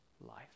life